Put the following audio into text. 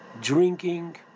drinking